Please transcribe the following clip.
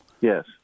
Yes